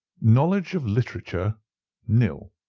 knowledge of literature nil.